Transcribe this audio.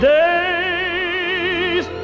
days